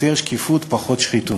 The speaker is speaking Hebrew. יותר שקיפות, פחות שחיתות.